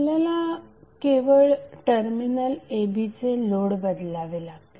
आपल्याला केवळ terminal a b चे लोड बदलावे लागतील